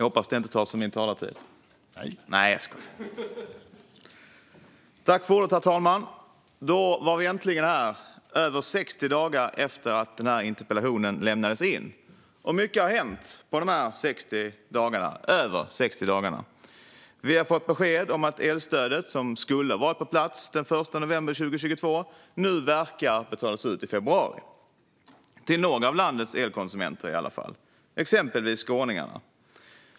Herr talman! Då var vi äntligen här - mer än 60 dagar efter att denna interpellation lämnades in. Mycket har hänt på dessa mer än 60 dagar. Vi har fått besked om att det elstöd som skulle ha varit på plats den 1 november 2022 börjar betalas ut i februari, i alla fall till några av landets elkonsumenter, exempelvis skåningarna.